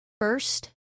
first